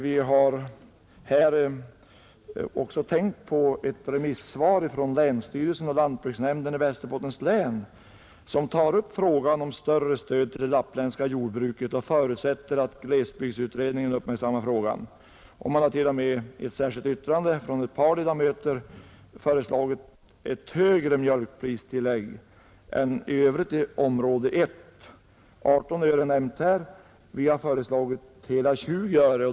Vi har härvid tänkt på ett remissvar från länsstyrelsen och lantbruksnämnden i Västerbottens län som tar upp frågan om ökat stöd till detta jordbruk och förutsätter att glesbygdsutredningen uppmärksammar frågan. Ett par ledamöter har t.o.m. i ett särskilt yttrande föreslagit ett högre mjölkpristillägg än i övrigt i stödområde I, 18 öre. Vi har föreslagit hela 20 öre.